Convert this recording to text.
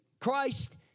Christ